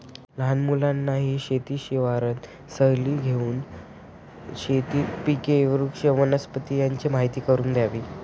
लहान मुलांनाही शेत शिवारात सहलीला नेऊन शेतातील पिके, वृक्ष, वनस्पती यांची माहीती करून द्यावी